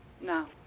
No